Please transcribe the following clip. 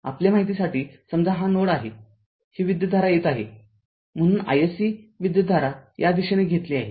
आपल्या माहितीसाठी समजा हा नोड आहे ही विद्युतधारा येत आहे म्हणून iSC विद्युतधारा या दिशेने घेतली आहे